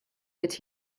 but